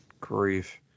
grief